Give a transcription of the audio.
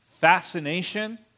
fascination